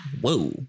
Whoa